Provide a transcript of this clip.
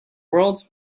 world